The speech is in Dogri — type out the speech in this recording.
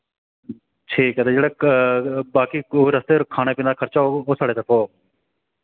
ठीक ऐ ते जेह्ड़ा बाकी कोई रस्ते च खाने पीने दा खर्चा होग ओह् साढ़े तरफा होग